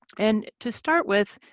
and to start with,